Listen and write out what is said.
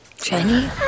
Jenny